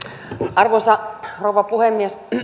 arvoisa rouva puhemies